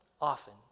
often